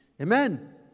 Amen